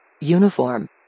Uniform